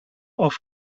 auf